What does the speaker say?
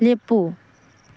ꯂꯦꯞꯄꯨ